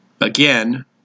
Again